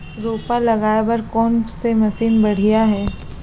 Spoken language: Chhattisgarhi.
रोपा लगाए बर कोन से मशीन बढ़िया हे?